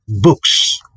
books